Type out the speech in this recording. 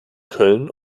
köln